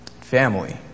Family